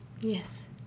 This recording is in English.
Yes